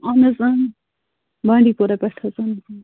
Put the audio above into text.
اَہَن حَظ بانٛڈی پورہ پٮ۪ٹھ حَظ